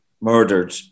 murdered